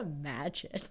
imagine